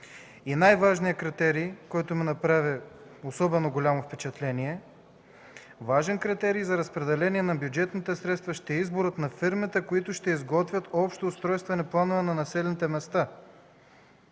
Най-важният критерий, който ми направи особено голямо впечатление – важен критерий за разпределение на бюджетните средства ще е изборът на фирмите, които ще изготвят общи устройствени планове на населените места.